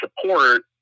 support